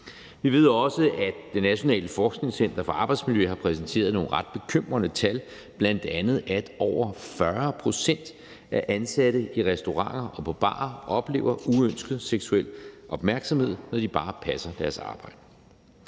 Vi ved også, at Det Nationale Forskningscenter for Arbejdsmiljø har præsenteret nogle ret bekymrende tal, bl.a. at over 40 pct. af ansatte i restauranter og på barer oplever uønsket seksuel opmærksomhed, når de bare passer deres arbejde.